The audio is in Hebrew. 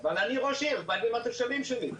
אבל אני ראש עיר, אכפת לי מהתושבים שלי.